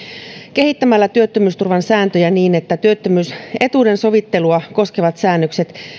kehittämällä työttömyysturvan sääntöjä niin että työttömyysetuuden sovittelua koskevat säännökset